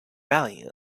value